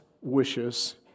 wishes